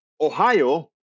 Ohio